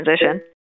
transition